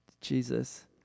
jesus